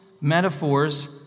metaphors